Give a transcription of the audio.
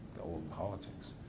old politics.